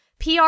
PR